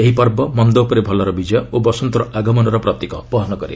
ଏହି ପର୍ବ ମନ୍ଦ ଉପରେ ଭଲର ବିଜୟ ଓ ବସନ୍ତର ଆଗମନର ପ୍ରତୀକ ବହନ କରେ